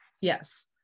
Yes